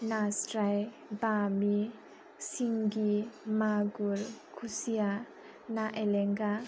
नास्राय बामि सिंगि मागुर खुसिया ना एलेंगा